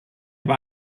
war